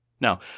Now